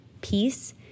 peace